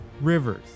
Rivers